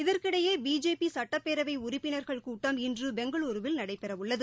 இதற்கிடையேபிஜேபிசுட்டப்பேரவைஉறுப்பினா்கள் கூட்டம் இன்றுபெங்களூருவிலநடைபெறவுள்ளது